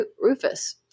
Rufus